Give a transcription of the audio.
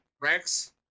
Rex